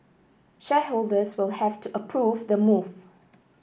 shareholders will have to approve the move